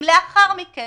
אם לאחר מכן